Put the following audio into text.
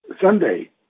Sunday